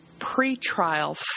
pre-trial